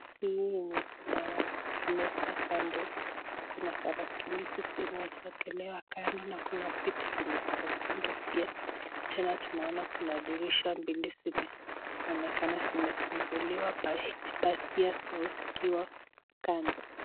Hii ni maali... Meza kando, kuna tarakilishi zimewekelewa kando na kuna viti zenye ziki kando pia . Tena tunaona kuna dirisha mbili zimeonekana zimefunguliwa , pasia zikiwa kando .